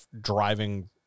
driving